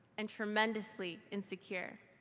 and tremendously insecure.